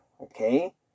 okay